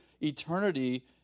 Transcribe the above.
eternity